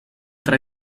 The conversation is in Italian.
tra